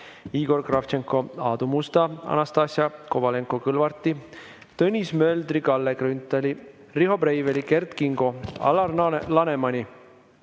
Igor Kravtšenko, Aadu Musta, Anastassia Kovalenko-Kõlvarti, Tõnis Möldri, Kalle Grünthali, Riho Breiveli, Kert Kingo, Alar Lanemani,